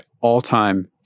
all-time